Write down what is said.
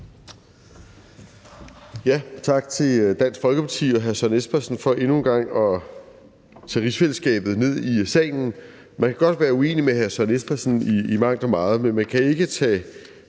Tak til Dansk Folkeparti og hr. Søren Espersen for endnu en gang at tage rigsfællesskabet ned i salen. Man kan godt være uenig med hr. Søren Espersen i mangt og meget, men man kan ikke tage